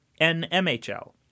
NMHL